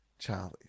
Charlie